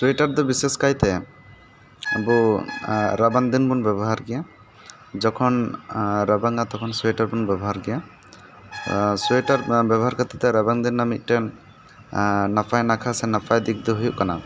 sweater ᱫᱚ ᱵᱤᱥᱮᱥ ᱠᱟᱭᱛᱮ ᱟᱵᱚ ᱨᱟᱵᱟᱝᱫᱤᱱ ᱵᱚᱱ ᱵᱮᱵᱚᱦᱟᱨ ᱜᱮᱭᱟ ᱡᱚᱠᱷᱚᱱ ᱨᱟᱵᱟᱝᱟ ᱛᱚᱠᱷᱚᱱ ᱥᱩᱭᱮᱴᱟᱨ ᱵᱚᱱ ᱵᱮᱵᱚᱨ ᱜᱮᱭᱟ ᱥᱩᱭᱮᱴᱟᱨ ᱵᱮᱵᱚᱦᱟᱨ ᱠᱷᱟᱹᱛᱤᱨ ᱛᱮ ᱨᱟᱵᱟᱝᱫᱤᱱ ᱨᱮᱱᱟᱜ ᱢᱤᱫᱴᱮᱱ ᱱᱟᱯᱟᱭ ᱱᱟᱠᱷᱟ ᱥᱮ ᱱᱟᱯᱟᱭ ᱫᱤᱠ ᱫᱚ ᱦᱩᱭᱩᱜ ᱠᱟᱱᱟ